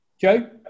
Joe